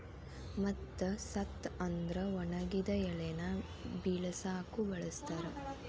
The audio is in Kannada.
ಮತ್ತ ಸತ್ತ ಅಂದ್ರ ಒಣಗಿದ ಎಲಿನ ಬಿಳಸಾಕು ಬಳಸ್ತಾರ